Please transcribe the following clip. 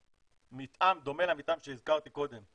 לראות מתאם דומה למתאם שהזכרתי קודם,